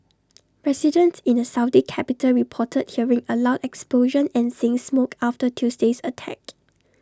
residents in the Saudi capital reported hearing A loud explosion and seeing smoke after Tuesday's attack